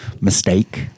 mistake